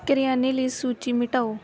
ਕਰਿਆਨੇ ਲਈ ਸੂਚੀ ਮਿਟਾਓ